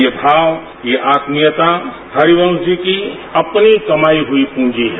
येथाव ये आत्मीयता हरिवंश जी की अपनी कमाई हुई पूंजी है